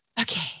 okay